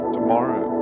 Tomorrow